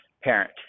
parent